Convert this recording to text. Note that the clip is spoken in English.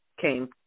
came